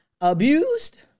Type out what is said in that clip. abused